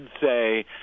say